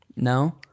No